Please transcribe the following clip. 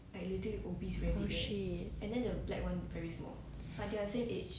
oh shit